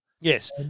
Yes